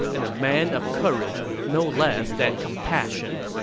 and a man of courage no less than compassion.